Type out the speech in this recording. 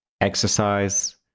exercise